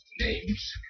names